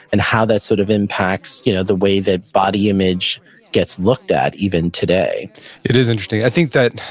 and how that sort of impacts you know the way that body image gets looked at even today it is interesting. i think that,